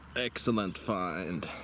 excellent find.